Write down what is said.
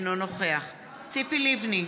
אינו נוכח ציפי לבני,